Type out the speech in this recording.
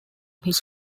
his